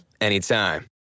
anytime